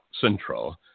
central